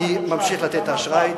אני ממשיך לתת את האשראי.